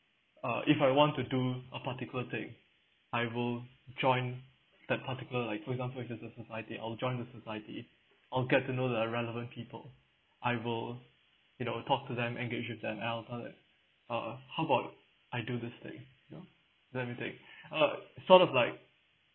uh if I want to do a particular thing I will join that particular like for example if it is a society I will join the society I'll get to know the uh relevant people I will you know talk to them engage with them and I'll done like uh how about I do this thing you know let me take uh sort of like